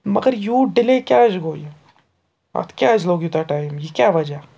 مگر یوٗت ڈِلے کیٛازِ گوٚو یہِ اَتھ کیٛازِ لوٚگ یوٗتاہ ٹایم یہِ کیٛاہ وَجہ